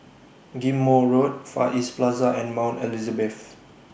Ghim Moh Road Far East Plaza and Mount Elizabeth